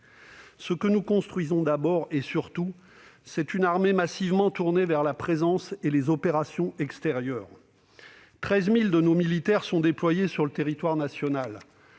Ce que nous construisons d'abord et surtout, c'est une armée massivement tournée vers la présence et les opérations extérieures. Ainsi, 13 000 de nos militaires sont déployés sur le territoire national,